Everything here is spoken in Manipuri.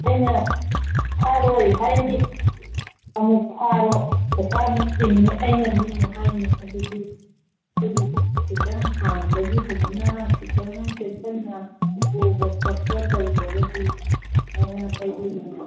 ꯑꯩꯅ ꯐꯥꯔꯣꯏ ꯍꯥꯏꯅꯤ ꯑꯃꯨꯛ ꯐꯥꯔꯣ ꯄꯩꯁꯥ ꯑꯃꯨꯛ ꯇꯤꯡꯅꯤ ꯑꯩꯅꯅꯤꯃꯨ ꯑꯃꯨꯛ ꯍꯥꯏꯅꯤ ꯑꯗꯨꯗꯤ ꯑꯩꯈꯣꯏꯒꯤ ꯈꯤꯇꯪ ꯍꯥꯟꯅꯗꯒꯤ ꯍꯧꯖꯤꯛꯅ ꯈꯤꯇꯪ ꯆꯦꯛꯁꯟꯅ ꯄꯨꯕ ꯈꯣꯠꯄ ꯇꯧꯗ꯭ꯔꯒꯗꯤ ꯃꯩꯔꯥ ꯄꯥꯏꯕꯤ ꯃꯌꯥꯝꯁꯤꯅꯕꯨ